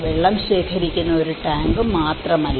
വെള്ളം ശേഖരിക്കുന്ന ഒരു ടാങ്ക് മാത്രമല്ല